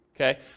okay